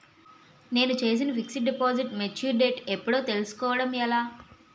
నేను చేసిన fixed deposit mature date ఎప్పుడో తెల్సుకోవడం ఎలా?